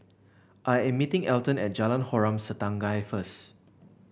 I am meeting Elton at Jalan Harom Setangkai first